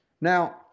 Now